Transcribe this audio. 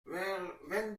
vingt